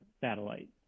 satellite